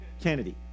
Kennedy